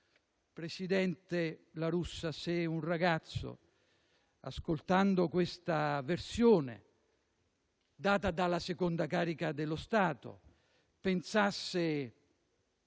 Presidente La Russa, se un ragazzo, ascoltando questa versione data dalla seconda carica dello Stato, pensasse